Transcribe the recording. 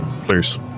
please